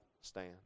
stand